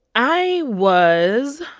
i was.